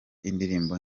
indirimbo